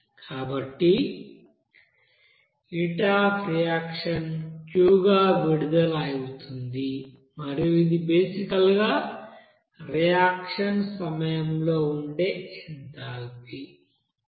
కాబట్టి heat of reaction Q గా విడుదల అవుతుంది మరియు ఇది బేసికల్ గా రియాక్షన్ సమయంలో ఉండే ఎంథాల్పీ